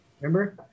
Remember